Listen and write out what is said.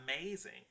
amazing